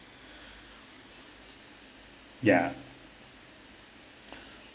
ya